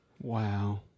Wow